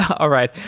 all right.